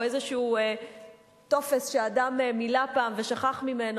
או איזשהו טופס שאדם מילא פעם ושכח ממנו